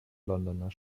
londoner